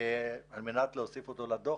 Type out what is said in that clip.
על מנת להוסיף אותו לדוח.